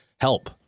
help